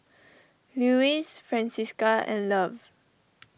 Lewis Francisca and Love